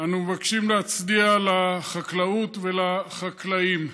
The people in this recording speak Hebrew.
אנחנו מבקשים להצדיע לחקלאות ולחקלאים.